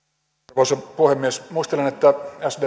arvoisa puhemies muistelen että